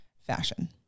fashion